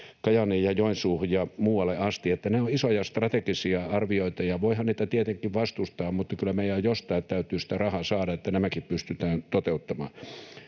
Kajaaniin ja Joensuuhun ja muualle asti. Ne ovat isoja strategisia arvioita. Voihan niitä tietenkin vastustaa, mutta kyllä meidän jostain täytyy sitä rahaa saada, että nämäkin pystytään toteuttamaan.